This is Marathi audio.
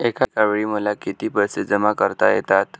एकावेळी मला किती पैसे जमा करता येतात?